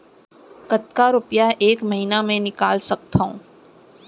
कतका रुपिया एक महीना म निकाल सकथव?